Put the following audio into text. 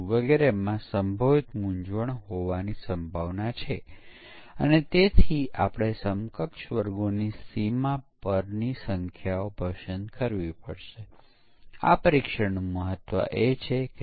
તે વેરિફિકેશન કરે છે કે જે સોફ્ટવેર કે જેણે અગાઉ કેટલાક પરીક્ષણના કેસો પસાર કર્યા છે શું ફેરફાર કર્યા પછી તે તે પરીક્ષણના કેસો પસાર કરવાનું ચાલુ રાખે છે કે કેમ